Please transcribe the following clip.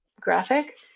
graphic